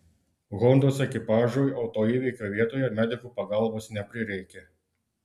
hondos ekipažui autoįvykio vietoje medikų pagalbos neprireikė